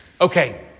Okay